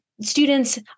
Students